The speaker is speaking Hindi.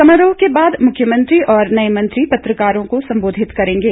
समारोह के बाद मुख्यमंत्री और नए मंत्री पत्रकारों को संबोधित करेंगे